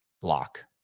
block